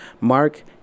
Mark